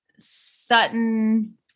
Sutton